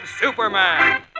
Superman